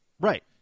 right